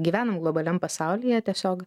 gyvenam globaliam pasaulyje tiesiog